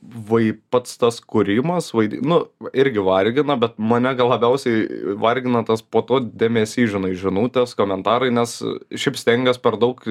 vai pats tas kūrimas vaidi nu irgi vargina bet mane gal labiausiai vargina tas po to dėmesys žinai žinutės komentarai nes šiaip stengiuos per daug